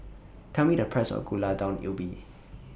Tell Me The Price of Gulai Daun Ubi